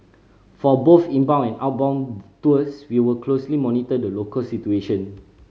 for both inbound and outbound tours we will closely monitor the local situation